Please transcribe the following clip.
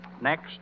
next